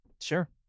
Sure